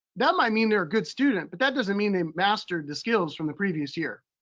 that might mean they're a good student, but that doesn't mean they mastered the skills from the previous year.